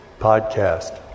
podcast